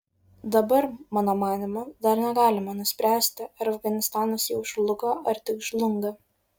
dabar mano manymu dar negalime nuspręsti ar afganistanas jau žlugo ar tik žlunga